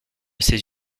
ses